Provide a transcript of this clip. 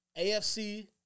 AFC